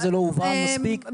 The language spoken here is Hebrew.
אם זה לא הובן מספיק, זה הרעיון.